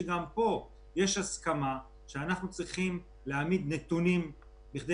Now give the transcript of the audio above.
שגם פה יש הסכמה שאנחנו צריכים להעמיד נתונים בכדי